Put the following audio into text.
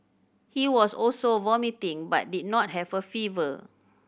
he was also vomiting but did not have a fever